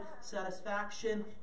satisfaction